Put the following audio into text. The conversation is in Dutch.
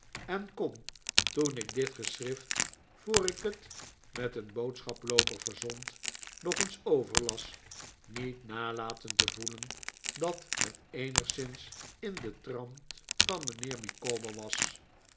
en kon toen ik dit geschrift voor ik het met een boodschaplooper verzond nog eens overlas niet nalaten te voelen dat het eenigszins in den trant van mijnheer micawber was